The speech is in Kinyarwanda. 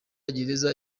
gereza